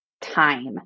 time